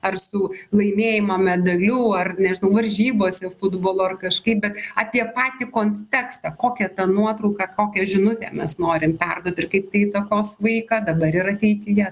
ar su laimėjimą medaliu ar nežinau varžybose futbolo ar kažkaip bet apie patį kontekstą kokią tą nuotrauką kokią žinutę mes norim perduot ir kaip tai įtakos vaiką dabar ir ateityje